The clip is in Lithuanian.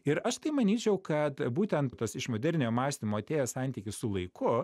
ir aš tai manyčiau kad būtent tas iš moderniojo mąstymo atėjęs santykis su laiku